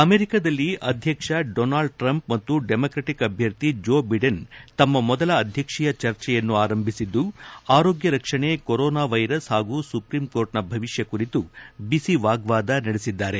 ಅಮೆರಿಕದಲ್ಲಿ ಅಧ್ಯಕ್ಷ Donald Trump ಮತ್ತು ಡೆಮಾಕಟಿಕ್ ಅಭ್ಯರ್ಥಿ ಜೋ ಬಿಡೆನ್ ತಮ್ಮ ಮೊದಲ ಅಧ್ಯಕ್ಷೀಯ ಚರ್ಚೆಯನ್ನು ಆರಂಭಿಸಿದ್ದು ಆರೋಗ್ಲ ರಕ್ಷಣೆ ಕೊರೋನಾ ವೈರಸ್ ಹಾಗೂ ಸುಪ್ರೀಂ ಕೋರ್ಟ್ನ ಭವಿಷ್ಣ ಕುರಿತು ಬಿಸಿ ವಾಗ್ವಾದ ನಡೆಸಿದ್ದಾರೆ